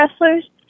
wrestlers